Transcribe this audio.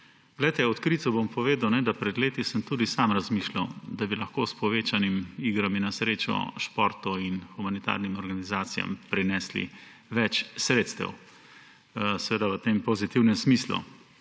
Odkrito bom povedal, pred leti sem tudi sam razmišljal, da bi lahko s povečanjem iger na srečo športu in humanitarnim organizacijam prinesli več sredstev, seveda v pozitivnem smislu.